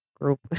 group